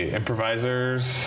improvisers